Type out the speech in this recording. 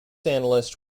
analyst